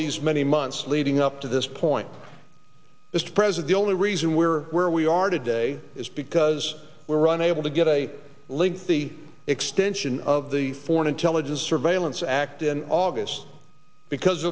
these many months leading up to this point is to present the only reason we are where we are today is because we're running able to get a link the extension of the foreign intelligence surveillance act in august because